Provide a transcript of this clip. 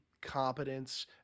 competence